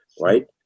right